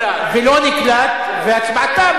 לא נקלטה.